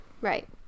Right